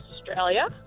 Australia